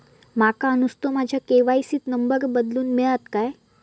माका नुस्तो माझ्या के.वाय.सी त नंबर बदलून मिलात काय?